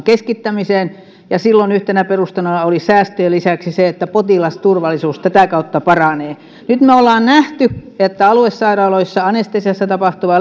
keskittämiseen ja silloin yhtenä perusteena oli säästöjen lisäksi se että potilasturvallisuus tätä kautta paranee nyt me olemme nähneet että aluesairaaloissa anestesiassa tapahtuva